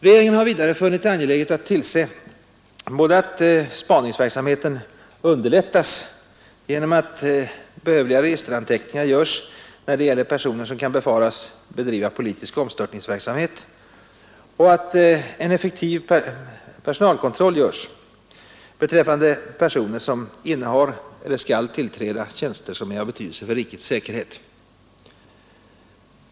Regeringen har vidare funnit det angeläget att tillse såväl att spaningsverksamheten underlättas genom att erforderliga registeranteckningar görs när det gäller personer som kan befaras bedriva politisk omstörtningsverksamhet som att en effektiv personalkontroll kan göras beträffande personer som innehar eller skall tillträda tjänster som är av betydelse för rikets säkerhet.